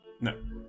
No